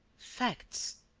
facts.